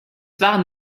waren